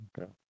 Okay